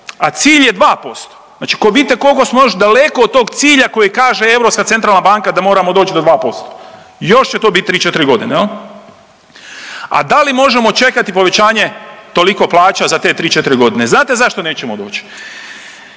a cilj je 2%. Znači vidite koliko smo još daleko od tog cilja koji kaže Europska centralna banka da moramo doći do 2%. Još će to bit 3, 4 godine. A da li možemo čekati povećanje toliko plaća za te tri, četiri godine? Znate zašto nećemo doći?